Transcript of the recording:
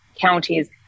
counties